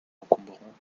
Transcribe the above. encombrants